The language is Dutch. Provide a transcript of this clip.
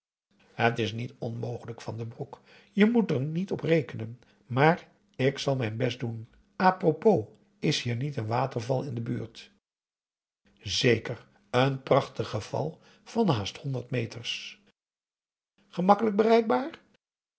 het is niet onmogelijk van den broek je moet er niet op rekenen maar ik zal mijn best doen a propos is hier niet een waterval in de buurt zeker n prachtige val van haast honderd meters gemakkelijk bereikbaar